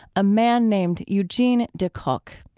a man named eugene de kock.